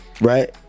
right